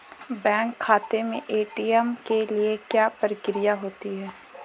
Bank खाते में ATM के लिए क्या प्रक्रिया होती है?